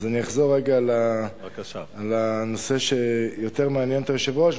אני אחזור על הנושא שיותר מעניין את היושב-ראש,